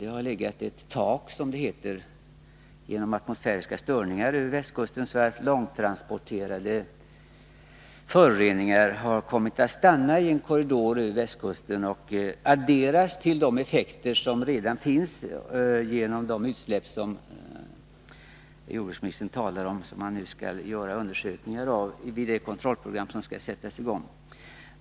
Genom atmosfäriska störningar har det legat, som det heter, ett tak över området. Därför har långtransporterade föroreningar kommit att stanna i en korridor över västkusten. Deras effekter kan adderas till dem som redan uppstår genom de utsläpp som jordbruksministern talar om och som nu skall undersökas i det kontrollprogram som skall sättas i gång.